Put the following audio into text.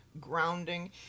grounding